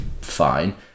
Fine